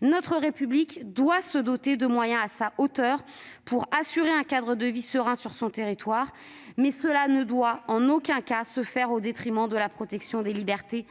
Notre République doit se doter de moyens à sa hauteur pour assurer un cadre de vie serein sur son territoire, mais cela ne doit en aucun cas se faire au détriment de la protection des libertés